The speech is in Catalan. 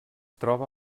troba